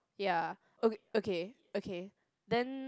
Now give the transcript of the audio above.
ya okay okay then